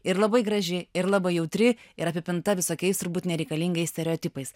ir labai graži ir labai jautri ir apipinta visokiais turbūt nereikalingais stereotipais